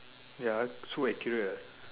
ya so accurate ah